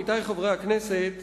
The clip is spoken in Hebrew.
עמיתי חברי הכנסת,